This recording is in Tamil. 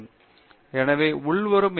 பேராசிரியர் பிரதாப் ஹரிதாஸ் எனவே உள்வரும் எம்